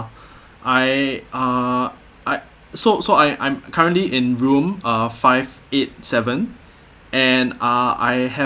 I uh I so so I I'm currently in room uh five eight seven and ah I have